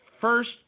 first